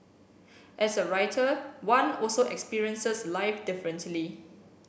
as a writer one also experiences life differently